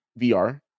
VR